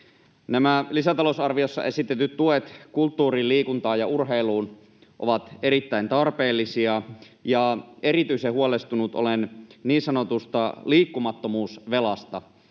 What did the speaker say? Lisätalousarviossa esitetyt tuet kulttuuriin, liikuntaan ja urheiluun ovat erittäin tarpeellisia, ja erityisen huolestunut olen niin sanotusta liikkumattomuusvelasta,